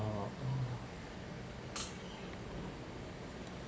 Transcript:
oh